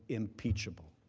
impeachable.